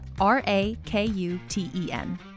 R-A-K-U-T-E-N